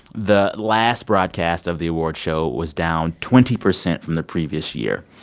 the last broadcast of the award show was down twenty percent from the previous year.